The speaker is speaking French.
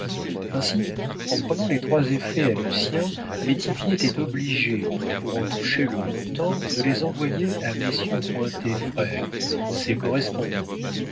ainsi en prenant les trois effets à lucien métivier était obligé pour en toucher le montant de les envoyer à messieurs cointet frères ses correspondants